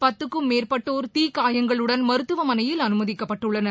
பத்துக்கும் மேற்பட்டோர் தீக்காயங்களுடன் மருத்துவமனையில் அனுமதிக்கப்பட்டுள்ளனர்